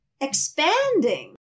expanding